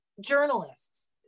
journalists